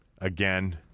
again